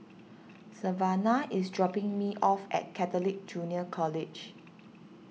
Savanah is dropping me off at Catholic Junior College